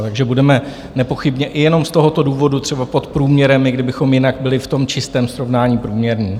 Takže budeme nepochybně i jenom z tohoto důvodu třeba pod průměrem, i kdybychom jinak byli v tom čistém srovnání průměrní.